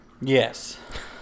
Yes